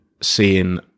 seeing